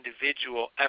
individual